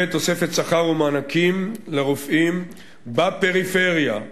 ותוספת שכר ומענקים לרופאים בפריפריה,